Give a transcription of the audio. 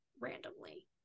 randomly